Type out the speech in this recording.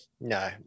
No